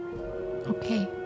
Okay